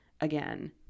again